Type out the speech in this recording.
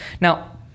now